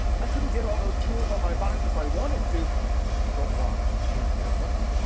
i couldn't get all those tools on my box if i wanted to but watch. and you don't want to.